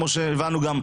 כמו שהבנו גם,